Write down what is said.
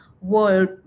world